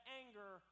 anger